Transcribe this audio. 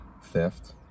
Theft